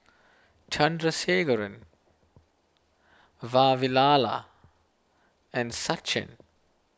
Chandrasekaran Vavilala and Sachin